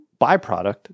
byproduct